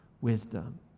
wisdom